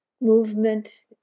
movement